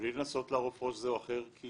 בלי לערוף ראש זה או אחר כי